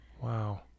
Wow